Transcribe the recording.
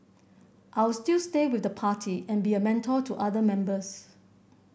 I'll still stay with the party and be a mentor to other members